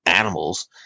animals